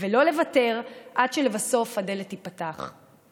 ולא לוותר עד שלבסוף הדלת תיפתח.